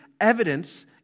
evidence